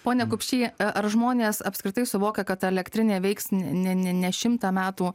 pone kupšį ar žmonės apskritai suvokia kad elektrinė veiks ne ne ne šimtą metų